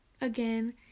again